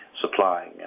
supplying